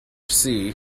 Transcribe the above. sea